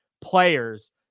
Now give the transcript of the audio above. players